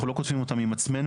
לא כותבים אותן עם עצמנו,